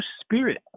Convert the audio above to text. spirit